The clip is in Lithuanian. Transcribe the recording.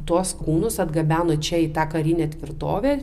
tuos kūnus atgabeno čia į tą karinę tvirtovę